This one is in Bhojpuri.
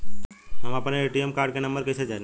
हम अपने ए.टी.एम कार्ड के नंबर कइसे जानी?